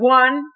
one